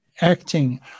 acting